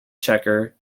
checker